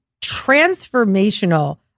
transformational